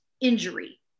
injury